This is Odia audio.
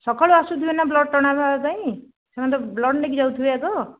ସକାଳୁ ଆସୁଥିବେ ନା ବ୍ଲଡ଼ ଟଣା ହବା ପାଇଁ ସେମାନେ ତ ବ୍ଲଡ଼ ନେଇକି ଯାଉଥିବେ ଆଗ